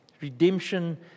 Redemption